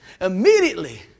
Immediately